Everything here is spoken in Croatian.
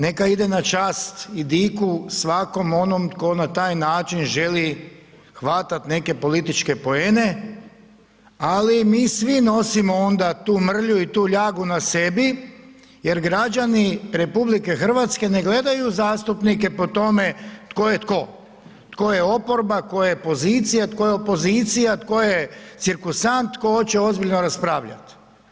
Neka ide na čast i diku svakom onom tko na taj način želi hvatati neke političke poene ali i mi svi nosimo onda tu mrlju i tu ljagu na sebi jer građani RH ne gledaju zastupnike po tome tko je tko, tko je oporba, tko je pozicija, tko je opozicija, tko je cirkusant, tko hoće ozbiljno raspravljati.